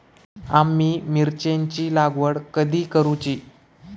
आम्ही मिरचेंची लागवड कधी करूची?